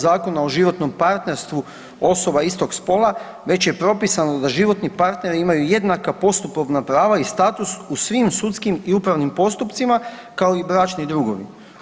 Zakona o životnom partnerstvu osoba istog spola već je propisano da životni partneri imaju jednaka postupovna prava i status u svim sudskim i upravnim postupcima kao i bračni drugovi.